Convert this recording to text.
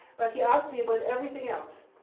but he asked me about everything else.